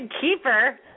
keeper